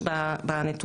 אבל בוודאי